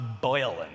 boiling